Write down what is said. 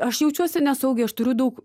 aš jaučiuosi nesaugiai aš turiu daug